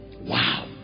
Wow